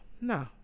No